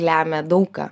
lemia daug ką